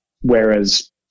Whereas